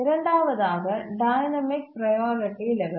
இரண்டாவதாக dynamic priority லெவல்கள்